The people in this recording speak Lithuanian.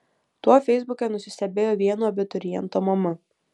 tuo feisbuke nusistebėjo vieno abituriento mama